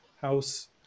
house